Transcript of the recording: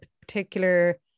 particular